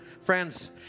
friends